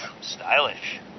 Stylish